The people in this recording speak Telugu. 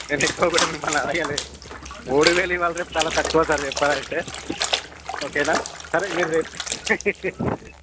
నేను ఎక్కువ కూడా మిమ్మల్ని అడగలేదు మూడు వేలు ఇవాళ రేపు చాలా తక్కువ సార్ చెప్పాలంటే ఓకేనా సరే మీరు రేపు